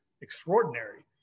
extraordinary